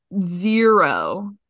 zero